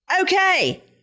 Okay